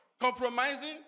Compromising